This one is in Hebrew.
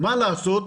מה לעשות,